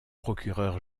procureur